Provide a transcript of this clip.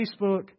Facebook